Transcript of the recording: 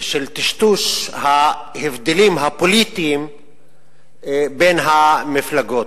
ושל טשטוש ההבדלים הפוליטיים בין המפלגות.